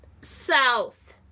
south